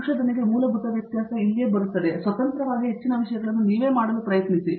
ಸಂಶೋಧನೆಗೆ ಮೂಲಭೂತ ವ್ಯತ್ಯಾಸವು ಇಲ್ಲಿ ಬರುತ್ತದೆ ನೀವು ಸ್ವತಂತ್ರವಾಗಿ ಹೆಚ್ಚಿನ ವಿಷಯಗಳನ್ನು ನೀವೇ ಮಾಡಲು ಪ್ರಯತ್ನಿಸಿ